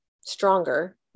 stronger